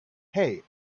hey